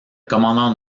commandant